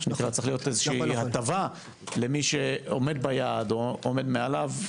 צריכה להיות איזושהי הטבה למי שעומד ביעד או מעליו.